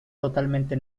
totalmente